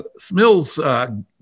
Smills